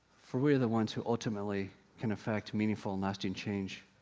for we are the ones who ultimately can affect meaningful lasting change,